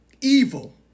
evil